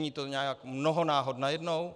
Není to nějak mnoho náhod najednou?